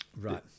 right